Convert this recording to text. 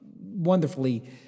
wonderfully